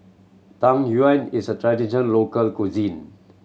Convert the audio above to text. Tang Yuen is a tradition local cuisine